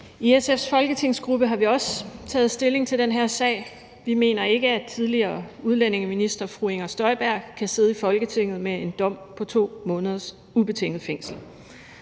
I SF's folketingsgruppe har vi også taget stilling til den her sag. Vi mener ikke, at tidligere udlændingeminister fru Inger Støjberg kan sidde i Folketinget med en dom på 2 måneders ubetinget fængsel.